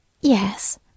Yes